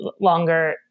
longer